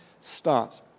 start